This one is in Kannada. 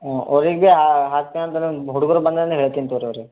ಹ್ಞೂ ಅವರಿಗೆ ಹಾಕ್ಸ್ಕ್ಯಂಡ್ರೆ ಹುಡ್ಗ್ರು ಬಂದ್ರು ಅಂದ್ರೆ ಹೇಳ್ತೀನಿ ತೊಗೋಳ್ರಿ ಅವ್ರಿಗೆ